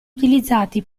utilizzati